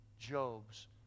Job's